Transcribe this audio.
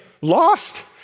lost